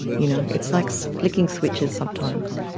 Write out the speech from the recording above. you know it's like so flicking switches sometimes,